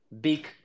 big